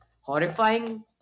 horrifying